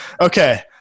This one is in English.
Okay